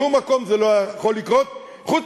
בשום מקום זה לא היה יכול לקרות, חוץ